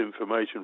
information